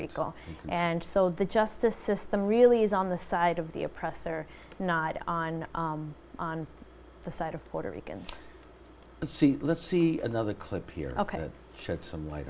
rico and so the justice system really is on the side of the oppressor not on on the side of puerto rican let's see another clip here ok should some more